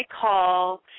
call